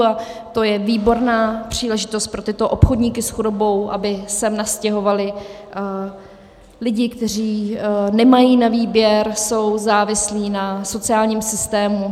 A to je výborná příležitost pro tyto obchodníky s chudobou, aby sem nastěhovali lidi, kteří nemají na výběr, jsou závislí na sociálním systému.